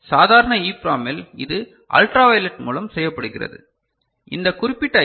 சாதாரண EPROM இல் இது அல்ட்ரா வயலெட் மூலம் செய்யப்படுகிறது இந்த குறிப்பிட்ட ஐ